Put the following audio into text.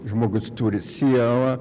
žmogus turi sielą